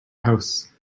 house